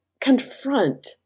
confront